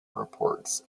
reports